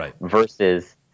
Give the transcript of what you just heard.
versus